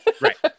Right